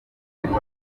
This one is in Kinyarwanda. birwa